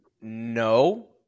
No